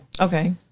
okay